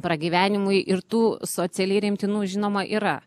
pragyvenimui ir tų socialiai remtinų žinoma yra